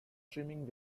trimming